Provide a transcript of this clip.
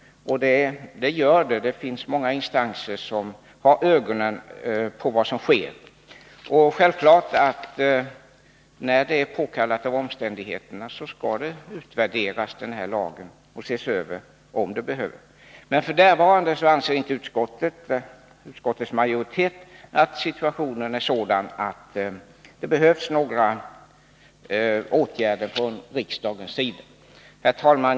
Det görs också — det är många instanser som har ögonen på vad som sker. När det är påkallat av omständigheterna skall denna lag självfallet utvärderas och ses över. Men f.n. anser utskottets majoritet inte att situationen är sådan att det behövs några åtgärder från riksdagens sida. Herr talman!